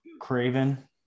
craven